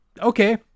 Okay